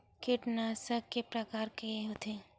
कीटनाशक के प्रकार के होथे?